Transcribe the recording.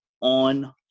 on